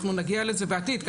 אנחנו נגיע לזה בעתיד.